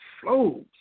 flows